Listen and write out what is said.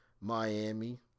Miami